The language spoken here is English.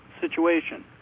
situation